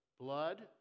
Blood